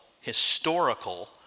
historical